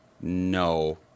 no